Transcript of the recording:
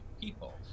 people